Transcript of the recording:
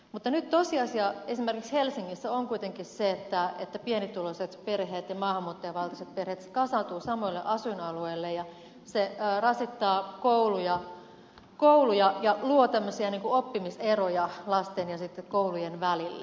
mutta nyt tosiasia esimerkiksi helsingissä on kuitenkin se että pienituloiset perheet ja maahanmuuttajavaltaiset perheet kasaantuvat samoille asuinalueille ja se rasittaa kouluja ja luo oppimiseroja lasten ja koulujen välille